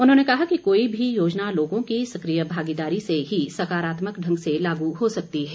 उन्होंने कहा कि कोई भी योजना लोगों की सक्रिय भागीदारी से ही सकारात्मक ढंग से लागू हो सकती है